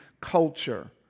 culture